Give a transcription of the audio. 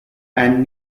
and